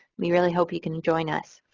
we really hope you can join us.